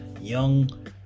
young